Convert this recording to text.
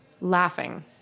Laughing